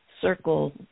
circle